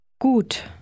Gut